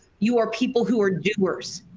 you are people who are doers.